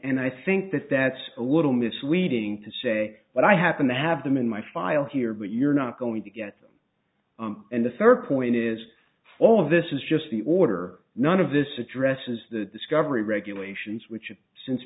i think that that's a little misleading to say but i happen to have them in my file here but you're not going to get them and the third point is all of this is just the order none of this addresses the discovery regulations which